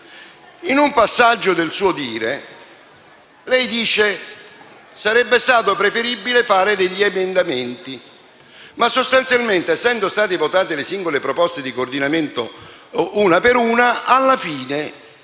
In un passaggio del suo discorso, lei dice che sarebbe stato preferibile fare degli emendamenti, ma sostanzialmente, essendo state votate le singole proposte di coordinamento, alla fine